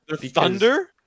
thunder